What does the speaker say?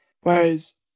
whereas